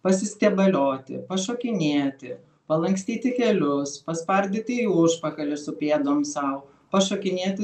pasistiebalioti pašokinėti palankstyti kelius paspardyti į užpakalį su pėdom sau pašokinėti